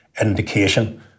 indication